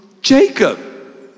Jacob